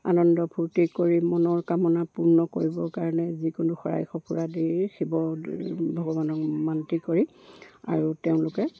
আনন্দ ফূৰ্তি কৰি মনৰ কামনা পূৰ্ণ কৰিবৰ কাৰণে যিকোনো শৰাই খপুৰা দি শিৱ ভগৱানক মান্তি কৰি আৰু তেওঁলোকে